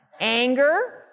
anger